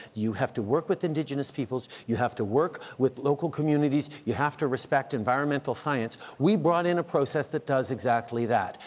you have to work with indigenous peoples, you have to work with local communities, you have to respect environmental science, we brought in a process that does exactly that.